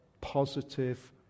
positive